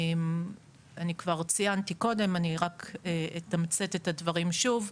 אני כבר ציינתי קודם, אני רק אתמצת את הדברים שוב.